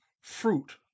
fruit